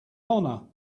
honor